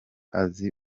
azi